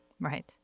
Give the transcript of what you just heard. Right